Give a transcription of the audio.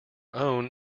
own